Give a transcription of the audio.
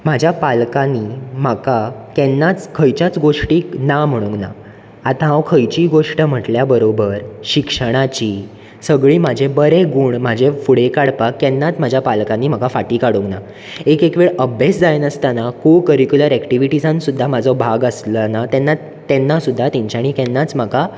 म्हज्या पालकांनी म्हाका केन्नाच खंयच्याच गोश्टीक ना म्हणूंक ना आतां हांव खंयचीय गोश्ट म्हटल्या बरोबर शिक्षणाची सगळी म्हाजे बरे गूण म्हजे फुडें काडपाक केन्नाच म्हाज्या पालकांनी म्हाका फाटीं काडुंक ना एक एक वेळ अभ्यास जायनासतना कॉ करिक्युलर एकटिविटिजांत सुद्दां म्हजो भाग आसतना तेन्ना तेन्ना सुद्दां तेंच्यानी केन्नाच तेंच्यानी म्हाका